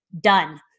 done